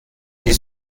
die